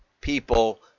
people